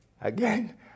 again